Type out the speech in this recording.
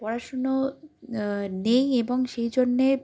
পড়াশুনো নেই এবং সেই জন্যে